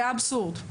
זה אבסורד.